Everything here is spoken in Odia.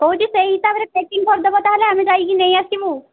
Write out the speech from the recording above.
କହୁଛି ସେଇ ହିସାବରେ ପ୍ୟାକିଙ୍ଗ କରିଦେବ ତା'ହେଲେ ଆମେ ଯାଇକି ନେଇଆସିବୁ